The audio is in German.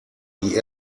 die